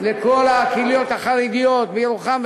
לכל הקהיליות החרדיות בירוחם,